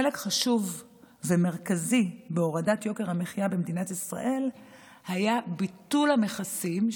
חלק חשוב ומרכזי בהורדת יוקר המחיה במדינת ישראל היה ביטול המכסים,